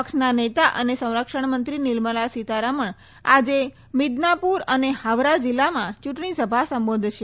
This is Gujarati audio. પક્ષના નેતા અને સંરક્ષણમંત્રી નિર્મળા સીતારમણ આજે મિદનાપુર અને હાવરા જિલ્લામાં ચૂંટકીસભા સંબોધશે